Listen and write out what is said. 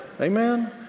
Amen